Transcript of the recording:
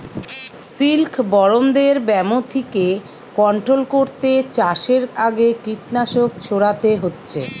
সিল্কবরমদের ব্যামো থিকে কন্ট্রোল কোরতে চাষের আগে কীটনাশক ছোড়াতে হচ্ছে